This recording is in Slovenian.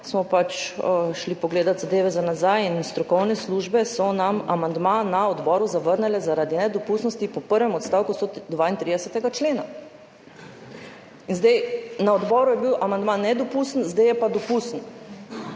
smo pač šli pogledat zadeve za nazaj in strokovne službe so nam amandma na odboru zavrnile zaradi nedopustnosti po prvem odstavku 132. člena. Na odboru je bil amandma nedopusten, zdaj je pa dopusten!